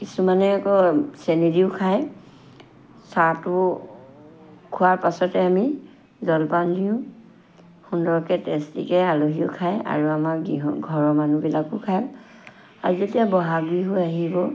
কিছুমানে আকৌ চেনী দিওঁ খাই চাহটো খোৱাৰ পাছতে আমি জলপান দিওঁ সুন্দৰকৈ টেষ্টিকৈ আলহীও খাই আৰু আমাৰ গৃহ ঘৰৰ মানুহবিলাকো খাই আৰু যেতিয়া বহাগ বিহু আহিব